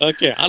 Okay